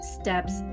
steps